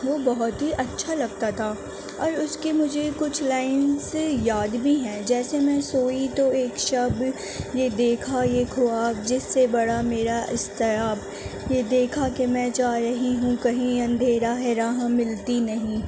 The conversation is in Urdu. وہ بہت ہی اچھا لگتا تھا اور اس کے مجھے کچھ لائنس یاد بھی ہیں جیسے میں سوئی تو ایک شب یہ دیکھا یہ خواب جس سے بڑھا میرا اضطراب یہ دیکھا کہ میں جا رہی ہوں کہیں اندھیرا ہے راہ ملتی نہیں